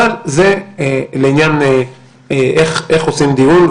אבל זה לעניין איך עושים דיון,